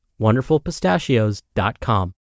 wonderfulpistachios.com